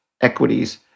equities